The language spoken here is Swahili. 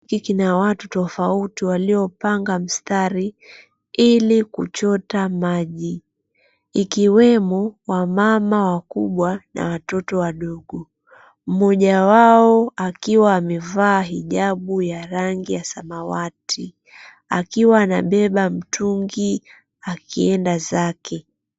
Kuna watu tofauti waliopanga mstari ili kuchota maji ikiwemo wamama wakubwa na watoto wadogo, mmoja wao akiwa amevaa hijabu ya rangi ya samawati akiwa anabeba mtungi akienda zake.